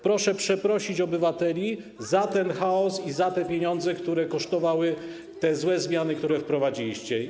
Proszę przeprosić obywateli za ten chaos i za te pieniądze, które kosztowały te złe zmiany, które wprowadziliście.